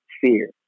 fear